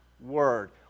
Word